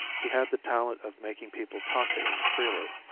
he had the talent of making people talk to him freely,